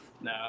No